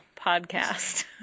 podcast